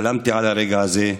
חלמתי על הרגע הזה.